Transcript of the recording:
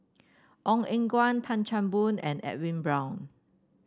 Ong Eng Guan Tan Chan Boon and Edwin Brown